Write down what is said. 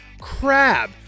crab